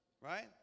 Right